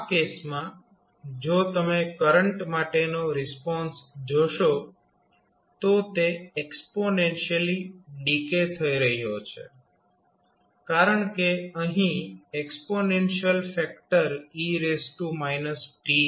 આ કેસમાં જો તમે કરંટ માટેનો રિસ્પોન્સ જોશો તો તે એક્સ્પોનેન્શિયલી ડીકે થઇ રહ્યો છે કારણ કે અહીં એક્સ્પોનેન્શિયલ ફેક્ટર e t છે